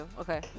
Okay